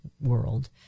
world